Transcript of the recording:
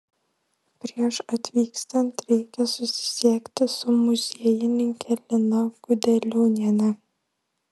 prieš atvykstant reikia susisiekti su muziejininke lina gudeliūniene